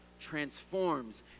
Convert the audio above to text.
transforms